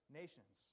nations